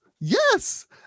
yes